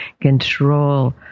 control